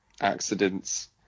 accidents